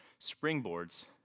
springboards